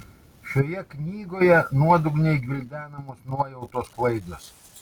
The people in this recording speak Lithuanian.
šioje knygoje nuodugniai gvildenamos nuojautos klaidos